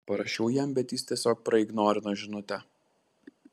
parašiau jam bet jis tiesiog praignorino žinutę